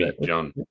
John